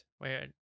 Wait